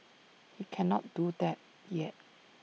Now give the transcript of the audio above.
he cannot do that yet